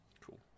Cool